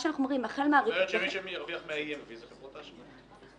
את אומרת שמי שירוויח מה-EMV, אלה חברות האשראי.